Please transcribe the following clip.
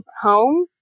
home